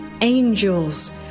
Angels